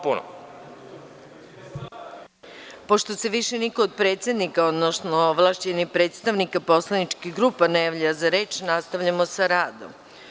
Pošto se više niko od predsednika, odnosno ovlašćenih predstavnika poslaničkih grupa ne javlja za reč, nastavljamo sa radom.